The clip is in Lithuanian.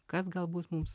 kas galbūt mums